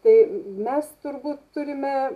tai mes turbūt turime